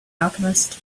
alchemist